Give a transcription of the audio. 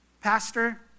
Pastor